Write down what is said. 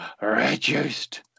Reduced